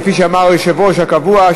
וכפי שאמר היושב-ראש הקבוע,